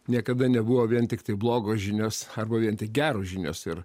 niekada nebuvo vien tiktai blogos žinios arba vien tik geros žinios ir